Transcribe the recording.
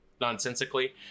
nonsensically